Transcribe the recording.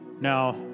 Now